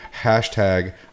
hashtag